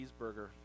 cheeseburger